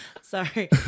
Sorry